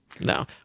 no